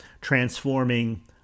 transforming